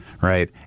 Right